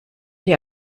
die